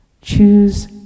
Choose